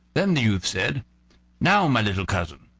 then the youth said now, my little cousin,